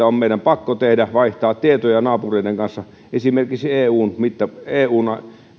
on pakko tehdä kansainvälistä yhteistyötä vaihtaa tietoja naapureiden kanssa esimerkiksi eun